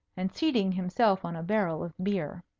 and seating himself on a barrel of beer.